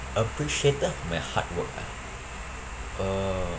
appreciated for my hard work ah uh